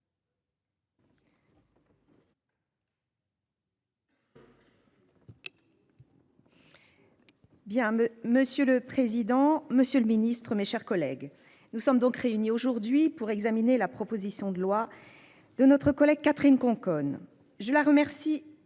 Bien me monsieur le président, Monsieur le Ministre, mes chers collègues, nous sommes donc réunis aujourd'hui pour examiner la proposition de loi de notre collègue Catherine Conconne, je la remercie vraiment